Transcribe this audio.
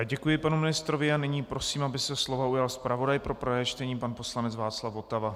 Děkuji panu ministrovi a nyní prosím, aby se slova ujal zpravodaj pro prvé čtení pan poslanec Václav Votava.